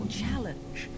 challenge